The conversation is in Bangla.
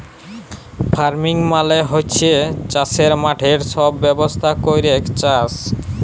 ফার্মিং মালে হচ্যে চাসের মাঠে সব ব্যবস্থা ক্যরেক চাস